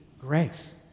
grace